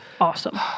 Awesome